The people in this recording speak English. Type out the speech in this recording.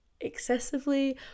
excessively